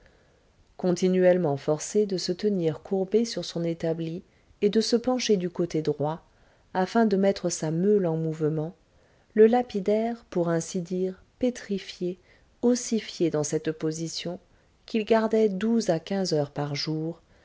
continuellement forcé de se tenir courbé sur son établi et de se pencher du côté droit afin de mettre sa meule en mouvement le lapidaire pour ainsi dire pétrifié ossifié dans cette position qu'il gardait douze à quinze heures par jour